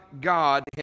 God